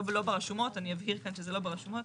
לא ברשומות, אני אבהיר כאן שזה לא ברשומות.